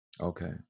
Okay